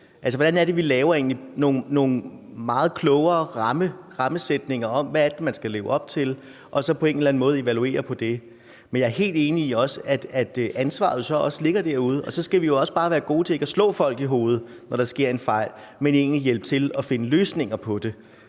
til. Hvordan laver vi nogle meget klogere rammer for, hvad man skal leve op til, og på en eller anden måde evaluerer det? Men jeg er helt enig i, at ansvaret ligger derude. Så skal vi være gode til ikke at slå folk i hovedet, når der sker en fejl, men hjælpe til og finde løsninger på det